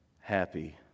happy